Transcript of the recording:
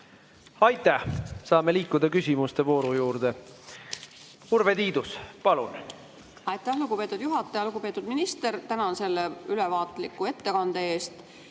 Aitäh! Saame liikuda küsimuste vooru juurde. Urve Tiidus, palun! Aitäh, lugupeetud juhataja! Lugupeetud minister, tänan selle ülevaatliku ettekande eest.